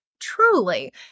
truly